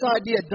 idea